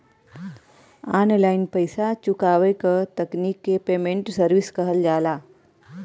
online पइसा चुकावे क तकनीक के पेमेन्ट सर्विस कहल जाला